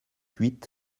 huit